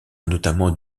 notamment